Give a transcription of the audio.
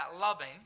loving